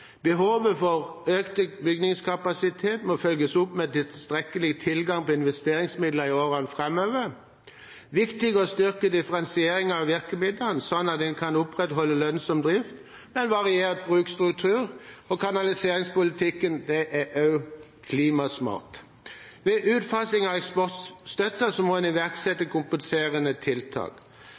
Behovet for økt utbyggingskapasitet må følges opp med tilstrekkelig tilgang til investeringsmidler i årene framover. Det er viktig å styrke differensieringen av virkemidlene, slik at en kan opprettholde lønnsom drift og en variert bruksstruktur. Kanaliseringspolitikken er også klimasmart. Ved utfasing av eksportstøtte må en iverksette kompenserende tiltak.